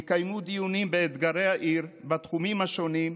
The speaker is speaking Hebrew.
יקיימו דיונים באתגרי העיר בתחומים השונים.